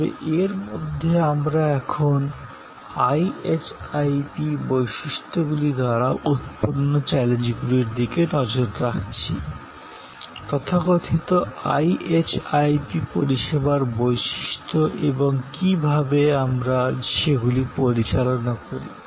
তবে এর মধ্যে আমরা এখন IHIP বৈশিষ্ট্যগুলি দ্বারা উৎপন্ন চ্যালেঞ্জগুলির দিকে নজর রাখছি তথাকথিত IHIP পরিষেবার বৈশিষ্ট্য এবং কীভাবে আমরা সেগুলি পরিচালনা করি